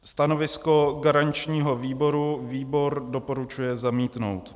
Stanovisko garančního výboru výbor doporučuje zamítnout.